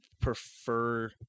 prefer